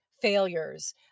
failures